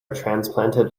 transplanted